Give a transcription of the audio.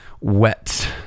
wet